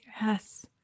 yes